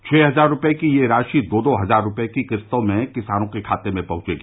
छह हजार रुपये की यह राशि दो दो हजार रुपये की किस्तों में किसानों के खातों में पहुंचेगी